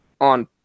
on